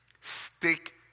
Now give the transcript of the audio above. Stick